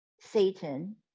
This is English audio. satan